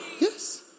Yes